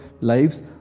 lives